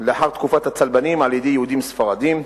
לאחר תקופת הצלבנים על-ידי יהודים ספרדים,